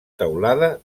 teulada